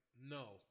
no